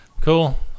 cool